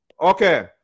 Okay